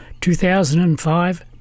2005